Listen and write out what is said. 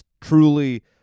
truly